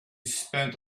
spent